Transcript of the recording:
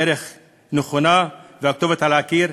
הדרך הנכונה והכתובת על הקיר,